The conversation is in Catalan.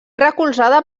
recolzada